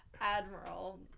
Admiral